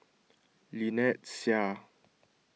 Lynnette Seah